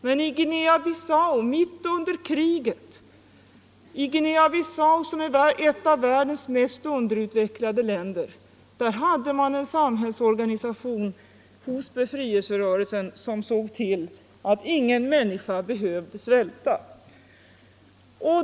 Men i Guinea-Bissau, som är ett av världens mest underutvecklade länder, hade man hos befrielserörelsen mitt under kriget en samhällsorganisation som såg till att ingen människa behövde svälta.